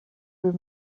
been